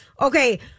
Okay